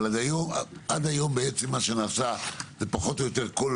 אבל עד היום מה שנעשה זה שפחות או יותר כל